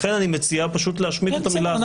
לכן אני מציע פשוט להשמיט את המילה הזאת.